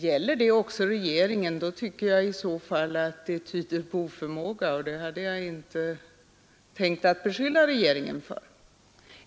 Gäller det också regeringen, anser jag att det i så fall tyder på oförmåga, och det hade jag inte tänkt beskylla regeringen för.